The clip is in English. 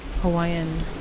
Hawaiian